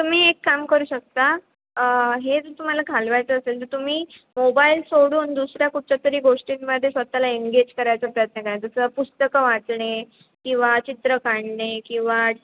तुम्ही एक काम करू शकता हे जर तुम्हाला घालवायचं असेल तर तुम्ही मोबाईल सोडून दुसऱ्या कुठच्या तरी गोष्टींमध्ये स्वतःला एन्गेज करायचा प्रयत्न करा जसं पुस्तकं वाचणे किंवा चित्रं काढणे किंवा